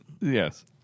Yes